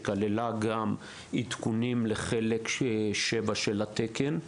שכללה גם עדכונים לחלק 7 של התקן.